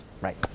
Right